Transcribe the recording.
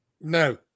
no